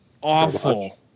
awful